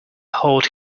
hold